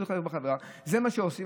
זה מה שעושים,